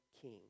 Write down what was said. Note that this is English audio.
king